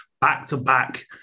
back-to-back